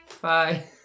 Bye